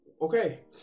okay